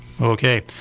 Okay